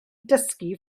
dysgu